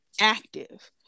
active